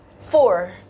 four